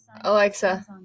Alexa